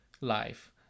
life